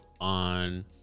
on